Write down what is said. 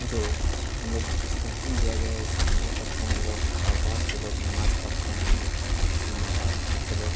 جو ہم لوگ اس کا حکم دیا گیا ہے اس پر عمل کرتے ہیں ہم لوگ اور بہت سے لوگ نماز پڑھتے ہیں ہم لوگ کے رات دن میں اور بہت سے لوگ